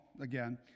again